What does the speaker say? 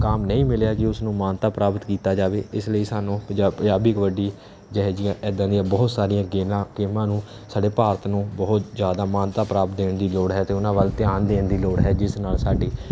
ਮੁਕਾਮ ਨਹੀਂ ਮਿਲਿਆ ਜੀ ਉਸ ਨੂੰ ਮਾਨਤਾ ਪ੍ਰਾਪਤ ਕੀਤਾ ਜਾਵੇ ਇਸ ਲਈ ਸਾਨੂੰ ਪੰਜਾਬ ਪੰਜਾਬੀ ਕਬੱਡੀ ਜਿਹੋ ਜਿਹੀਆਂ ਇੱਦਾਂ ਦੀਆਂ ਬਹੁਤ ਸਾਰੀਆਂ ਗੇਮਾਂ ਗੇਮਾਂ ਨੂੰ ਸਾਡੇ ਭਾਰਤ ਨੂੰ ਬਹੁਤ ਜ਼ਿਆਦਾ ਮਾਨਤਾ ਪ੍ਰਾਪਤ ਦੇਣ ਦੀ ਲੋੜ ਹੈ ਅਤੇ ਉਹਨਾਂ ਵੱਲ ਧਿਆਨ ਦੇਣ ਦੀ ਲੋੜ ਹੈ ਜਿਸ ਨਾਲ ਸਾਡੀ